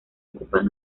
ocupan